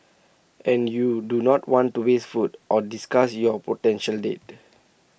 and you do not want to waste food nor disgust your potential date